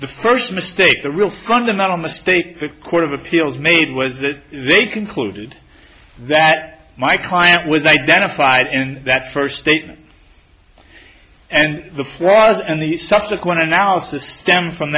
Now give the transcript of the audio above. the first mistake the real fundamental mistake the court of appeals made was that they concluded that my client was identified and that first statement and the flaws and the subsequent analysis stemmed from